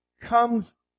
comes